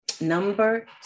Number